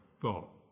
thought